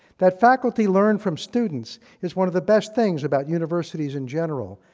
that faculty learn from students, is one of the best things about universities in general,